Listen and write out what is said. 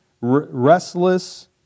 restless